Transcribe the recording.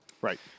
Right